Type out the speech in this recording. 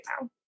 now